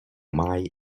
mai